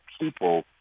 people